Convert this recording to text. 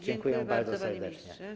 Dziękuję bardzo serdecznie.